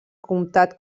comtat